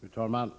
Fru talman!